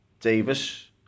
Davis